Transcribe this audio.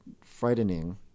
frightening